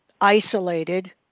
isolated